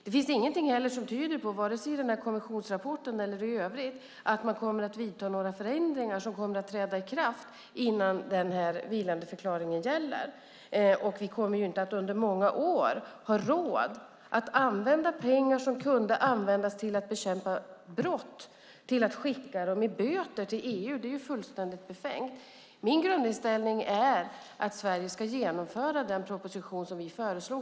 Det finns heller ingenting som tyder på, vare sig i kommissionsrapporten eller i övrigt, att man kommer att vidta några förändringar som kommer att träda i kraft innan vilandeförklaringen gäller. Pengar som vi skulle kunna använda till att bekämpa brott kommer vi under många år att få använda till att skicka som böter till EU. Det är ju fullständigt befängt. Min grundinställning är att Sverige ska genomföra den proposition som vi föreslog.